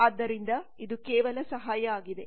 ಆದ್ದರಿಂದ ಇದು ಕೇವಲ ಸಹಾಯ ಆಗಿದೆ